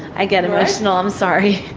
i get emotional, i'm sorry.